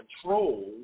control